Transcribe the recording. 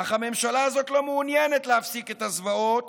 אך הממשלה הזאת לא מעוניינת להפסיק את הזוועות